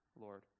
Lord